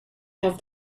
have